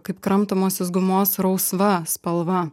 kaip kramtomosios gumos rausva spalva